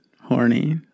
horny